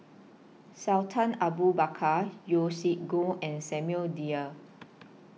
Sultan Abu Bakar Yeo Siak Goon and Samuel Dyer